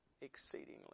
exceedingly